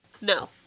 No